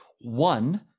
One